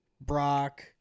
Brock